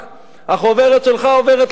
החוברת שלך עוברת לאחותך,